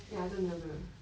ya 真的真的